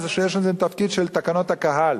שיש להם תפקיד של תקנות הקהל,